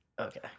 Okay